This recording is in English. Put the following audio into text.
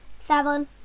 Seven